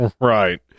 Right